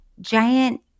giant